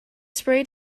sprayed